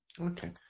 Okay